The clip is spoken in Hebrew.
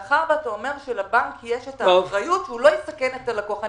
מאחר שאתה אומר שלבנק יש את האחריות שהוא לא יסכן את הלקוח,